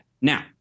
Now